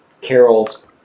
carol's